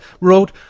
wrote